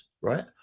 right